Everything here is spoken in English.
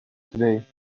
today